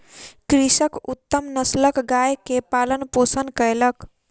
कृषक उत्तम नस्लक गाय के पालन पोषण कयलक